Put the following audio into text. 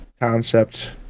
concept